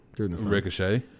Ricochet